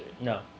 No